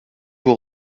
vous